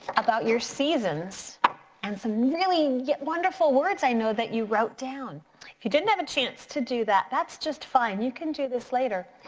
about your seasons and some really wonderful words i know that you wrote down. if you didn't have a chance to do that that's just fine, you can do this later.